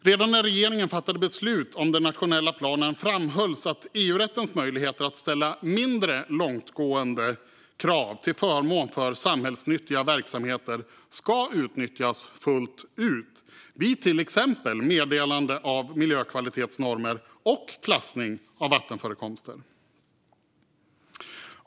Redan när regeringen fattade beslut om den nationella planen framhölls att EU-rättens möjligheter att ställa mindre långtgående krav till förmån för samhällsnyttiga verksamheter ska utnyttjas fullt ut vid till exempel meddelande av miljökvalitetsnormer och klassning av vattenförekomster.